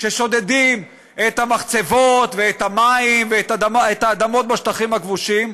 כששודדים את המחצבות ואת המים ואת האדמות בשטחים הכבושים,